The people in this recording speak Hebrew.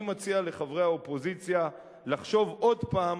אני מציע לחברי האופוזיציה לחשוב עוד פעם,